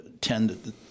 tend